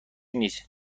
نیست